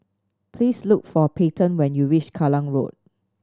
please look for Peyton when you reach Kallang Road